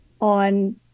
on